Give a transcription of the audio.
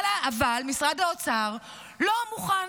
אבל משרד האוצר לא מוכן